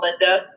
Linda